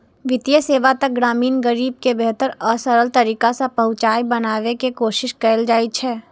वित्तीय सेवा तक ग्रामीण गरीब के बेहतर आ सरल तरीका सं पहुंच बनाबै के कोशिश कैल जाइ छै